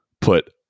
put